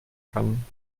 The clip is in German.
kann